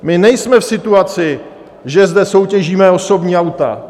My nejsme v situaci, že zde soutěžíme osobní auta.